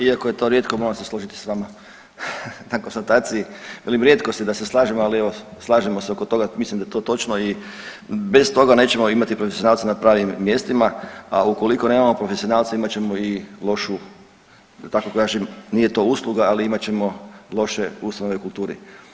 Evo iako je to rijetko moramo se složiti s vama na konstataciji, velim rijetko da se slažemo, ali evo slažemo se oko toga mislim da je to točno i bez toga nećemo imati profesionalce na pravim mjestima, a ukoliko nemamo profesionalce imat ćemo i lošu da tako kažem nije to usluga, ali imat ćemo loše ustanove u kulturi.